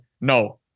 no